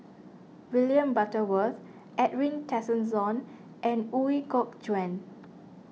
William Butterworth Edwin Tessensohn and Ooi Kok Chuen